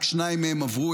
רק שניים מהם עברו.